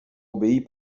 obéis